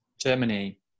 Germany